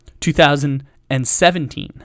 2017